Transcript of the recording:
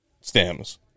stems